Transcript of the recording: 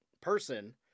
person